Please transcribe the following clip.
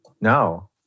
No